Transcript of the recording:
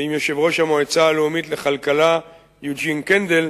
ועם יושב-ראש המועצה הלאומית לכלכלה, יוג'ין קנדל,